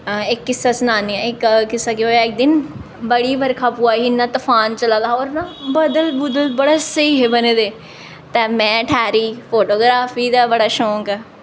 इक किस्सा सनानी आं इक किस्सा केह् होएआ इक दिन बड़ी बरखा पवा दी ही इन्ना तफान चला दा हा होर ना बद्दल बुद्दल बड़े स्हेई हे बने दे ते में ठैह्री फोटोग्राफी दा बड़े शौंक